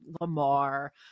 Lamar